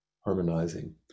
harmonizing